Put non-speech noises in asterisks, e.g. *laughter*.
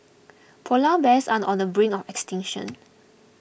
Polar Bears are on the brink of extinction *noise*